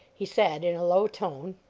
he said, in a low tone